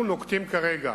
אנחנו נוקטים כרגע